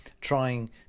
trying